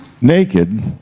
Naked